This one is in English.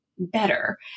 better